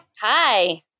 Hi